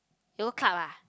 you go club ah